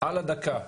על הדקה.